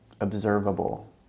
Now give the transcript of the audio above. observable